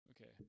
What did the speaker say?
Okay